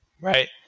right